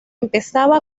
empezaba